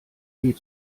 weh